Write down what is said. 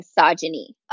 misogyny